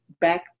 back